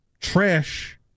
trash